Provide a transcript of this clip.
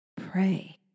pray